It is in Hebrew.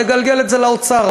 לגלגל את זה לאוצר.